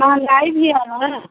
महंगाई भी है ना